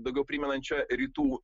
daugiau primenančią rytų